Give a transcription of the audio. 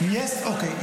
אוקיי,